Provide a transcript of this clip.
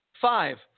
five